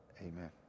Amen